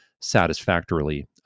satisfactorily